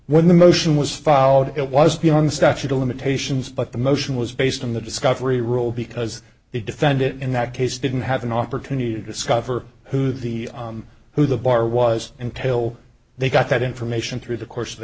when the motion was filed it was beyond the statute of limitations but the motion was based on the discovery rule because they defend it in that case didn't have an opportunity to discover who the who the bar was until they got that information through the course of the